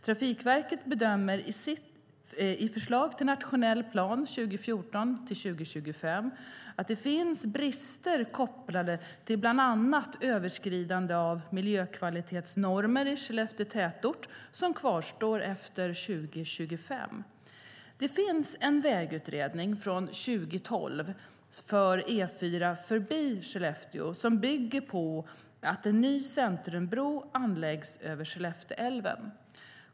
Trafikverket bedömer i förslag till nationell plan 2014-2025 att det finns brister kopplade till bland annat överskridande av miljökvalitetsnormer i Skellefteå tätort som kvarstår efter 2025. Det finns en vägutredning från 2012 för E4 förbi Skellefteå som bygger på att en ny centrumbro anläggs över Skellefteälven.